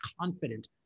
confident